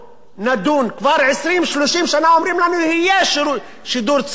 כבר 30-20 שנה אומרים לנו: יהיה שידור ציבורי בשפה הערבית.